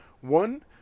One